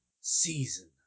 Season